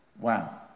Wow